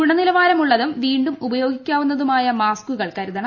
ഗുണനിലവാരമുള്ളതും വീണ്ടും ഉപയോഗിക്കാവുന്നതുമായ മാസ്കുകൾ കരുതണം